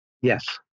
Yes